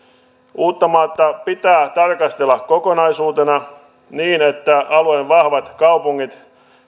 uuttamaata pitää tarkastella kokonaisuutena niin että alueen vahvat kaupungit